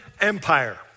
Empire